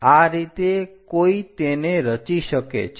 આ રીતે કોઈ તેને રચી શકે છે